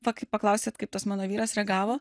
va kai paklausėt kaip tas mano vyras reagavo